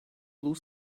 blue